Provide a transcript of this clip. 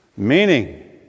Meaning